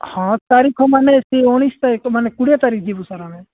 ହଁ ତାରିଖ ମାନେ ସେ ଉଣେଇଶ ତାରିଖ ମାନେ କୋଡ଼ିଏ ତାରିଖ ଯିବୁ ସାର୍ ଆମେ